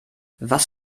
was